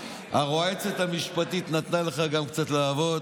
הרועצת המשפטית נתנה לך גם קצת לעבוד,